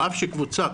אף שקבוצת